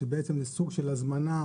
שבעצם יש סוג של הזמנה,